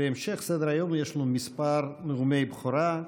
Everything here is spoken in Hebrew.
בהמשך סדר-היום יש לנו כמה נאומי בכורה.